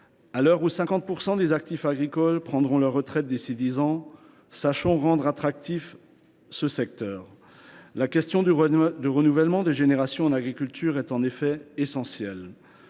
Alors que 50 % des actifs agricoles prendront leur retraite d’ici dix ans, sachons redonner de l’attractivité à ce secteur. La question du renouvellement des générations en agriculture est, en effet, essentielle.